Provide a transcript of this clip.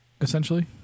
Essentially